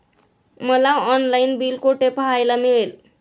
मला online bill कुठे पाहायला मिळेल?